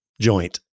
joint